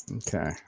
okay